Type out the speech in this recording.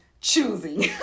choosing